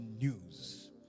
news